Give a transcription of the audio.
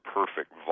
perfect